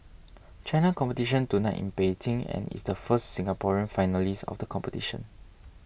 China competition tonight in Beijing and is the first Singaporean finalist of the competition